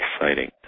exciting